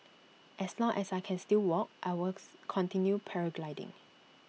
as long as I can still walk I walks continue paragliding